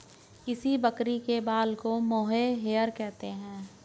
किस बकरी के बाल को मोहेयर कहते हैं?